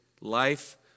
life